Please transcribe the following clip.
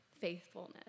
faithfulness